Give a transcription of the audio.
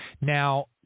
Now